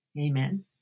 Amen